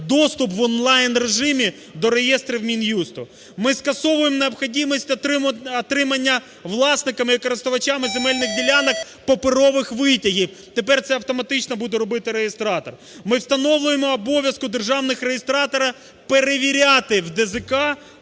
доступ в он-лайн режимі до реєстрів Мін'юсту. Ми скасовуємо необхідність отримування власниками і користувачами земельних ділянок паперових витягів, тепер це автоматично буде робити реєстратор. Ми встановлюємо обов'язок державного реєстратора перевіряти у ДЗК